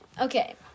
Okay